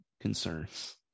concerns